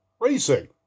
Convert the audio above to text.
racing